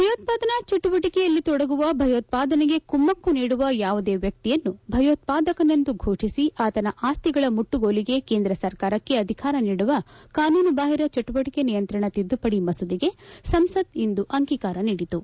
ಭಯೋತ್ಪದನಾ ಚಟುವಟಕೆಯಲ್ಲಿ ತೊಡಗುವ ಭಯೋತ್ಪಾದನೆಗೆ ಕುಮ್ಕಕ್ಕು ನೀಡುವ ಯಾವುದೇ ವ್ಯಕ್ತಿಯನ್ನು ಭಯೋತ್ಪಾದಕನೆಂದು ಫೋಷಿಸಿ ಆತನ ಆಸ್ತಿಗಳ ಮುಟ್ಟುಗೋಲಿಗೆ ಕೇಂದ್ರ ಸರ್ಕಾರಕ್ಕೆ ಅಧಿಕಾರ ನೀಡುವ ಕಾನೂನುಬಾಹಿರ ಚಟುವಟಿಕೆ ನಿಯಂತ್ರಣ ಕಿದ್ದುಪಡಿ ಮಸೂದೆಗೆ ಸಂಸತ್ ಇಂದು ಅಂಗೀಕಾರ ನೀಡಿತು